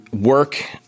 work